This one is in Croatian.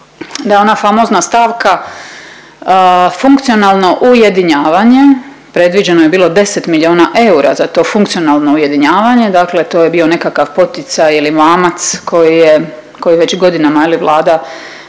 da ona famozna stavka funkcionalno ujedinjavanje, predviđeno je bilo 10 miliona eura za to funkcionalno ujedinjavanje, dakle to je bio nekakav poticaj ili mamac koji je, koji već godinama je li